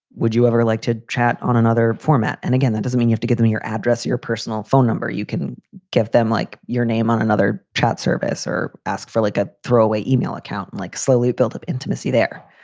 would you ever like to chat on another format? and again, that doesn't mean you've to give me your address, your personal phone number. you can give them like your name on another chat service or ask for like a throwaway e-mail account, and like slowly build up intimacy there.